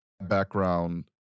background